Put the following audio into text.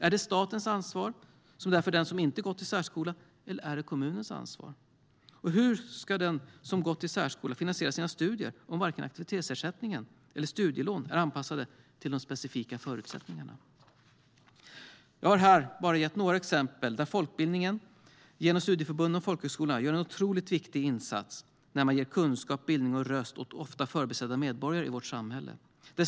Är det statens ansvar, som det är för den som inte gått i särskola, eller är det kommunens ansvar? Och hur ska den som gått i särskola finansiera sina studier om varken aktivitetsersättning eller studielån är anpassade till de specifika förutsättningarna? Jag har här bara gett några exempel där folkbildningen, genom studieförbunden och folkhögskolorna, gör en otroligt viktig insats när man ger kunskap, bildning och röst åt ofta förbisedda medborgare i vårt samhälle.